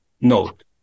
note